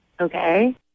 Okay